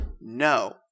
no